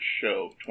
show